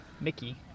Mickey